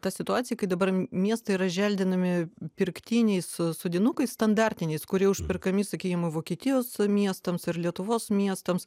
ta situacija kai dabar miestai yra želdinami pirktiniais sodinukais standartiniais kurie užperkami sakyim i vokietijos miestams ir lietuvos miestams